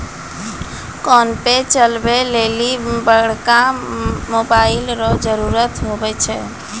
PhonePe चलबै लेली बड़का मोबाइल रो जरुरत हुवै छै